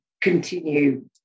continue